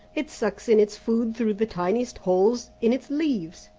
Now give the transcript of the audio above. it sucks in its food through the tiniest holes in its leaves,